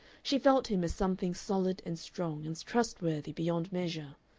she felt him as something solid and strong and trustworthy beyond measure.